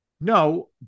No